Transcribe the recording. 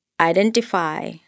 identify